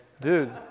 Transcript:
Dude